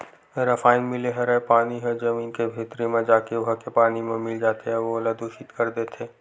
रसायन मिले हरय पानी ह जमीन के भीतरी म जाके उहा के पानी म मिल जाथे अउ ओला दुसित कर देथे